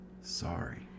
sorry